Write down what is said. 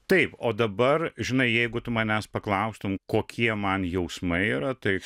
taip o dabar žinai jeigu tu manęs paklaustum kokie man jausmai yra tai